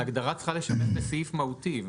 הגדרה צריכה לשמש בסעיף מהותי,